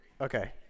Okay